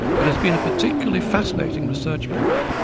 it has been a particularly fascinating research period,